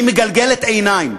מגלגלת עיניים,